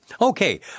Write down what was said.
Okay